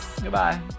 Goodbye